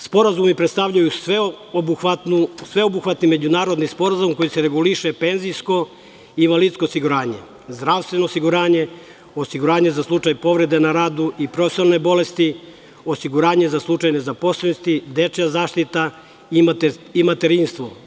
Sporazumi predstavljaju sveobuhvatni međunarodni sporazum kojim se reguliše penzijsko, invalidsko osiguranje, zdravstveno osiguranje, osiguranje za slučaj povrede na radu i profesionalne bolesti, osiguranje nezaposlenosti, dečija zaštita i materinstvo.